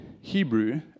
Hebrew